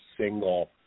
single